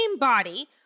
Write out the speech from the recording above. body